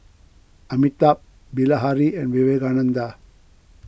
Amitabh Bilahari and Vivekananda